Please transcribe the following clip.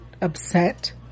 upset